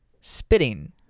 spitting